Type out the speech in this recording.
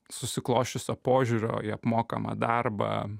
susiklosčiusio požiūrio į apmokamą darbą